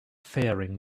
faring